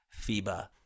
FIBA